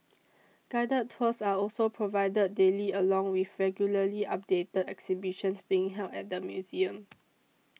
guided tours are also provided daily along with regularly updated exhibitions being held at the museum